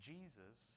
Jesus